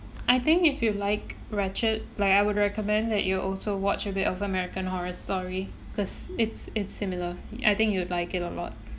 I think if you like ratchet like I would recommend that you will also watch a bit of american horror story cause it's it's similar I think you'd like it a lot